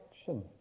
action